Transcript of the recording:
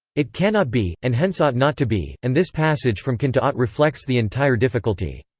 it cannot be, and hence ought not to be, and this passage from can to ought reflects the entire difficulty.